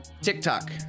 TikTok